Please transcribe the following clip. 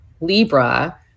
Libra